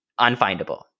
unfindable